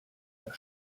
der